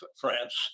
France